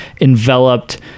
enveloped